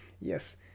Yes